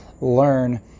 learn